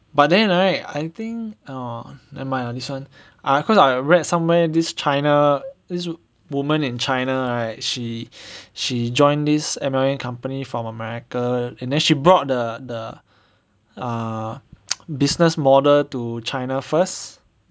but then right I I think ah nevermind lah this one cause I read somewhere this China this woman in China right she she joined this American company from America and then she brought the the ah business model to China first